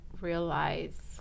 realize